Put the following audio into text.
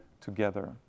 together